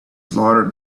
slaughter